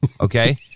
okay